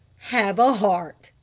have a heart!